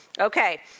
Okay